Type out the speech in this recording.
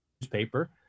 newspaper